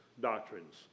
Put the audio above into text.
doctrines